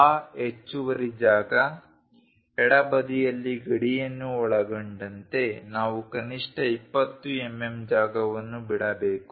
ಆ ಹೆಚ್ಚುವರಿ ಜಾಗ ಎಡಬದಿಯಲ್ಲಿ ಗಡಿಯನ್ನು ಒಳಗೊಂಡಂತೆ ನಾವು ಕನಿಷ್ಟ 20 ಎಂಎಂ ಜಾಗವನ್ನು ಬಿಡಬೇಕು